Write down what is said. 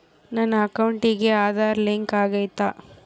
ನನ್ನ ಅಕೌಂಟಿಗೆ ಆಧಾರ್ ಲಿಂಕ್ ಆಗೈತಾ?